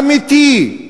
אמיתי,